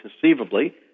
conceivably